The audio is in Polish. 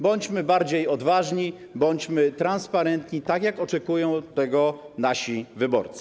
Bądźmy bardziej odważni, bądźmy transparentni, tak jak oczekują tego nasi wyborcy.